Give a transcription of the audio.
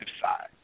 side